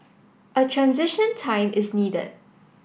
a transition time is needed